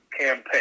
campaign